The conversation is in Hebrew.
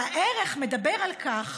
והערך מדבר על כך